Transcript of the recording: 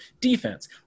defense